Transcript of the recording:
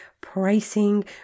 pricing